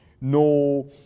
No